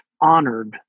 honored